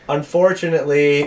Unfortunately